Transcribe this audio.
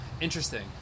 interesting